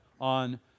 on